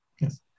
Yes